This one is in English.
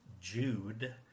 Jude